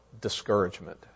discouragement